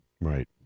Right